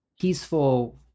peaceful